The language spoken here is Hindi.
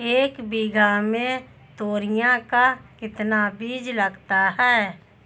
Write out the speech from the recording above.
एक बीघा में तोरियां का कितना बीज लगता है?